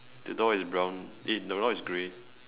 the door is brown eh the door is grey